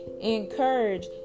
encourage